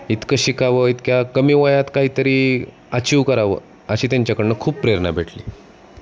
इतकं शिकावं इतक्या कमी वयात काहीतरी अचीव करावं अशी त्यांच्याकडून खूप प्रेरणा भेटली